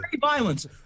violence